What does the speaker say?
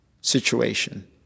situation